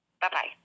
Bye-bye